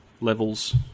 levels